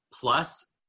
plus